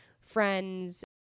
friends